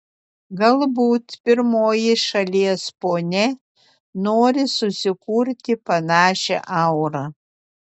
galbūt pirmoji šalies ponia nori susikurti panašią aurą